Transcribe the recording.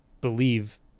believe